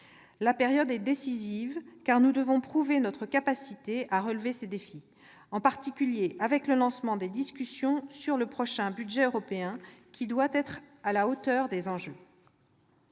La période est décisive, car nous devons prouver notre capacité à relever ces défis, en particulier avec le lancement des discussions sur le prochain budget européen, qui doit être à la hauteur des enjeux.